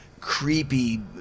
creepy